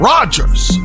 Rodgers